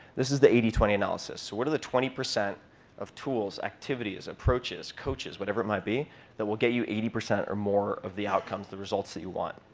this is the eighty twenty analysis. so what are the twenty percent of tools, activities, approaches, coaches, whatever it might be that will get you eighty percent or more of the outcomes, the results that you want?